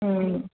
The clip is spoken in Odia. ହୁଁ